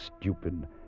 stupid